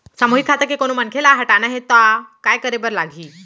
सामूहिक खाता के कोनो मनखे ला हटाना हे ता काय करे बर लागही?